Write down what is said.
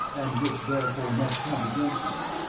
and which therefore must count against you,